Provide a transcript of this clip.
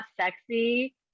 sexy